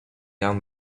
down